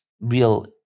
real